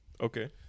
Okay